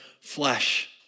flesh